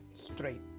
Straight